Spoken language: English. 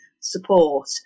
support